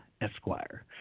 Esquire